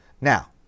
Now